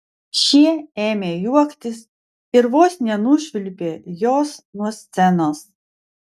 šie ėmė juoktis ir vos nenušvilpė jos nuo scenos